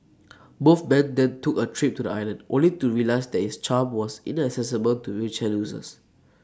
both man then took A trip to the island only to realise that its charm was inaccessible to wheelchair users